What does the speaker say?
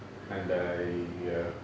and I err